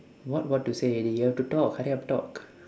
what what to say already you have to talk hurry up talk